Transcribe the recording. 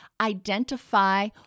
identify